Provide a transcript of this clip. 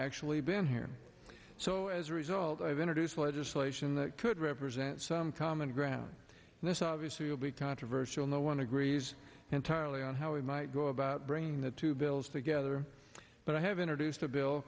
actually been here so as a result i've introduced legislation that could represent some common ground and this obviously will be controversial no one agrees entirely on how we might go about bringing the two bills together but i have introduced a bill